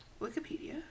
Wikipedia